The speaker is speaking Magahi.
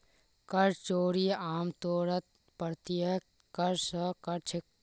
कर चोरी आमतौरत प्रत्यक्ष कर स कर छेक